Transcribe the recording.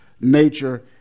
nature